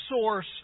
source